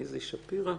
מ"איזי שפירא".